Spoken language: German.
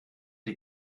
die